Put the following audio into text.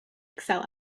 excel